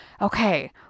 okay